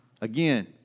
Again